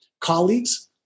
colleagues